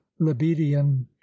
libidian